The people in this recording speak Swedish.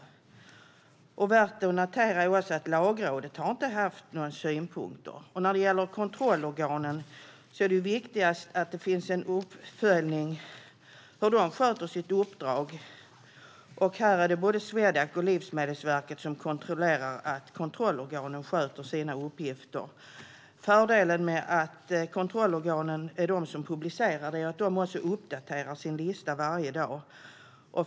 Det är också värt att notera att Lagrådet inte har haft några synpunkter. När det gäller kontrollorganen är det viktigast att det finns en uppföljning av hur de sköter sitt uppdrag. Både Swedac och Livsmedelsverket kontrollerar att kontrollorganen sköter sina uppgifter. En fördel med att det är kontrollorganen som publicerar uppgifterna är att de uppdaterar sina listor varje dag.